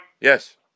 Yes